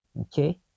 Okay